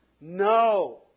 No